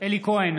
אלי כהן,